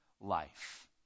life